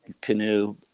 canoe